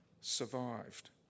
survived